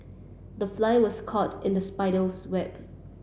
the fly was caught in the spider's web